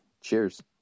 Cheers